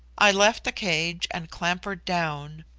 i left the cage and clambered down.